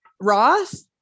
Ross